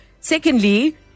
Secondly